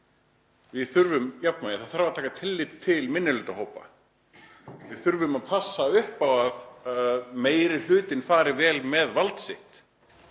Við þurfum jafnvægi og taka þarf tillit til minnihlutahópa. Við þurfum að passa upp á að meiri hlutinn fari vel með vald sitt.